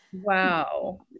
wow